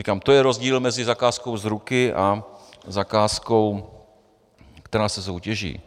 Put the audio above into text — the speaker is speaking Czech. Říkám, to je rozdíl mezi zakázkou z ruky a zakázkou, která se soutěží.